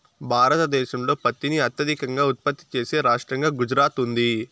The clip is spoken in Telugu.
భారతదేశంలో పత్తిని అత్యధికంగా ఉత్పత్తి చేసే రాష్టంగా గుజరాత్ ఉంది